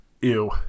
ew